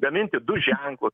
gaminti du ženklus